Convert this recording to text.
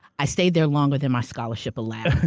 i stayed there longer than my scholarship allowed.